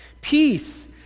Peace